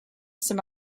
some